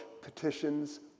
petitions